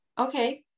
okay